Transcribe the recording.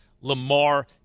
Lamar